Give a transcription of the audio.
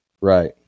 Right